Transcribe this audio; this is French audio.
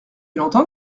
longtemps